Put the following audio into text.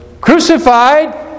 crucified